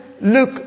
look